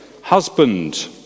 husband